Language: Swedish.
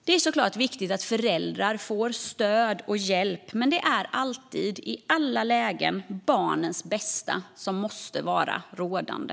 Det är såklart viktigt att föräldrar får stöd och hjälp, men det är alltid, i alla lägen, barnens bästa som måste vara rådande.